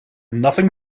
nothing